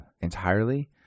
entirely